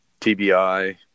TBI